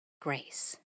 grace